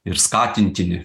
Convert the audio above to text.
ir skatintini